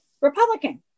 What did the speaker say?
Republican